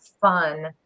fun